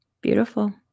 Beautiful